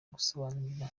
gusobanurira